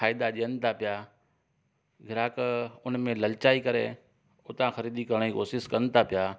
फ़ाइदा ॾियनि त पिया ग्राहक उनमें ललचाई करे उता ख़रीदी करण जी कोशिशि कनि था पिया